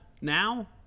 Now